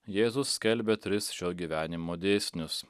jėzus skelbia tris šio gyvenimo dėsnius